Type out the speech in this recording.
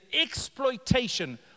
exploitation